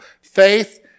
Faith